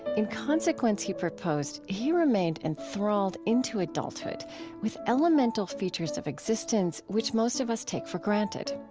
in consequence, he proposed, he remained enthralled into adulthood with elemental features of existence which most of us take for granted.